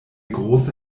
große